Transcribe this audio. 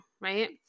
right